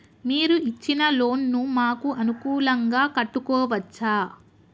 మీరు ఇచ్చిన లోన్ ను మాకు అనుకూలంగా కట్టుకోవచ్చా?